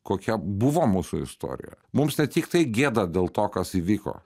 kokia buvo mūsų istorija mums ne tiktai gėda dėl to kas įvyko